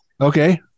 Okay